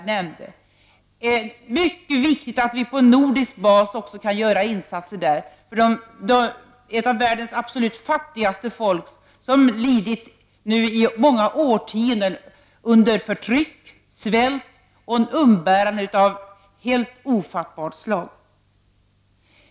Det är mycket viktigt att vi på nordisk bas kan göra insatser där för ett av världens absolut fattigaste folk, som lidit i många årtionden under förtryck, svält och umbäranden av ett helt ofattbart slag.